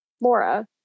Laura